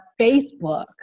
Facebook